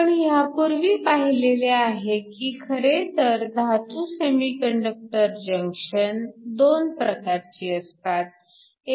आपण ह्यापूर्वी पाहिलेले आहे की खरेतर धातू सेमीकंडक्टर जंक्शन 2 प्रकारची असतात